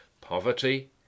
poverty